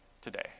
today